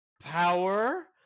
Power